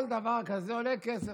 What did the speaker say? כל דבר כזה עולה כסף.